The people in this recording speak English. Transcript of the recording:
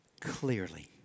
clearly